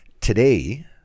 today